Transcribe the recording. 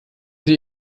sie